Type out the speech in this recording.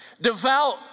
devout